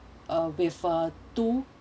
uh with uh two